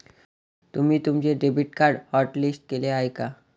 तुम्ही तुमचे debit card hotlist केले आहे का?